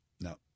No